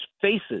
faces